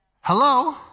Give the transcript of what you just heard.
Hello